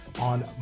on